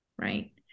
right